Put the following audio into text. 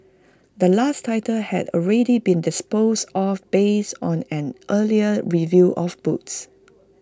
the last title had already been disposed off based on an earlier review of books